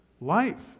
life